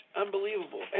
unbelievable